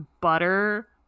butter